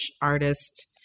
artist